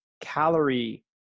calorie